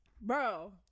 Bro